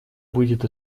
будет